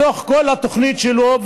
בתוך כל התוכנית שלו,